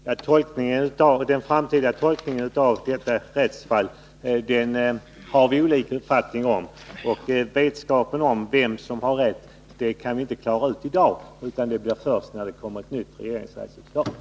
Herr talman! Den framtida bedömningen av utgången av detta rättsfall har vi olika uppfattning om. Vem som har rätt kan vi inte klara ut i dag utan först när det kommer ett nytt regeringsrättsutslag.